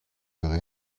байгаа